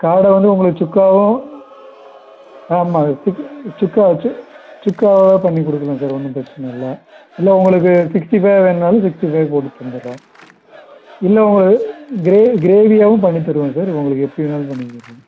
காடை வந்து உங்களுக்கு சுக்காவும் ஆமாம் சுக் சுக்காவாக சே சுக்காவாகவே பண்ணிக் கொடுக்குறோம் சார் ஒன்றும் பிரச்சனை இல்லை இல்லை உங்களுக்கு சிக்ஸ்ட்டி ஃபையாக வேணுனாலும் சிக்ஸ்ட்டி ஃபைவ் போட்டு தந்துடுறோம் இல்லை உங்களுக் கிரேவி கிரேவியாகவும் பண்ணித் தருவோம் சார் உங்களுக்கு எப்படி வேணுனாலும் பண்ணி தருவோம்